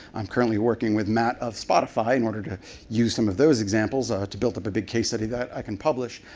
i'm currently working with matt on spotify in order to use some of those examples ah to build up a big case study that i can publish.